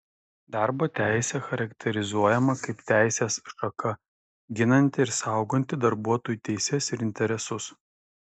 darbo teisė charakterizuojama kaip teisės šaka ginanti ir sauganti darbuotojų teises ir interesus